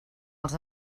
als